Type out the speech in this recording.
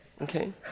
okay